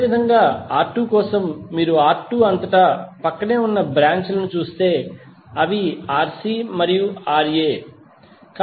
అదేవిధంగా R2 కోసం మీరు R2 అంతటా ప్రక్కనే ఉన్న బ్రాంచ్ లను చూస్తే అవి Rc మరియు Ra